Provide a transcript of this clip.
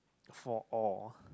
for all